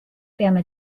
peame